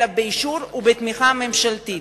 אלא באישור ובתמיכה ממשלתית.